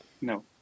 No